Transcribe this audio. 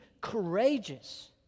courageous